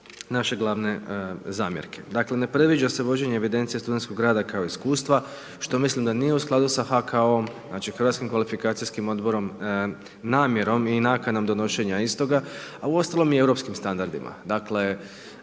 naše glavne zamjerke. Dakle, ne predviđa se vođenje evidencije studentskog rada kao iskustva što mislim da nije u skladu sa HKO-om znači hrvatskim kvalifikacijskim odborom, namjerom i nakanom donošenja istoga, a uostalom i europskim standardima. Dakle,